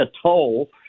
Atoll